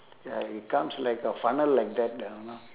ya it comes like a funnel like that ah